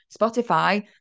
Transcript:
Spotify